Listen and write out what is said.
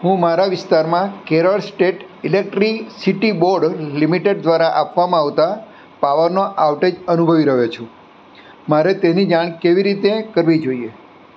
હું મારા વિસ્તારમાં Kerala state electricity board limited દ્વારા આપવામાં આવતા પાવરનો આઉટેજ અનુભવી રહ્યો છું મારે તેની જાણ કેવી રીતે કરવી જોઈએ